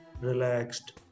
relaxed